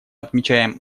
отмечаем